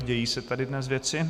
Dějí se tady dnes věci...